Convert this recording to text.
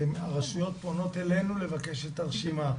הרשויות פונות אלינו לבקש את הרשימה.